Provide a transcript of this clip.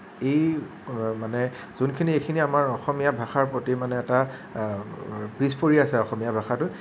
এই মানে যোনখিনি আমাৰ অসমীয়া ভাষাৰ প্ৰতি মানে আমাৰ এটা পিছ পৰি আছে অসমীয়া ভাষাটো